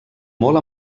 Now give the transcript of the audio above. molt